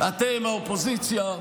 אתם, האופוזיציה,